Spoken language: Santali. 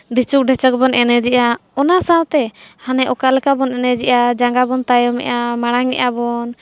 ᱰᱷᱤᱪᱩᱠᱼᱰᱷᱟᱪᱟᱠ ᱵᱚᱱ ᱮᱱᱮᱡᱮᱜᱼᱟ ᱚᱱᱟ ᱥᱟᱶᱛᱮ ᱦᱟᱱᱮ ᱚᱠᱟᱞᱮᱠᱟ ᱵᱚᱱ ᱮᱱᱮᱡᱮᱜᱼᱟ ᱡᱟᱸᱜᱟ ᱵᱚᱱ ᱛᱟᱭᱚᱢᱮᱜᱼᱟ ᱢᱟᱲᱟᱝᱮᱜᱼᱟ ᱵᱚᱱ